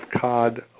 cod